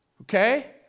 Okay